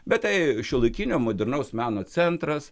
bet tai šiuolaikinio modernaus meno centras